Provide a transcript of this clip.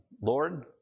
Lord